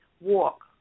walk